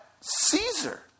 Caesar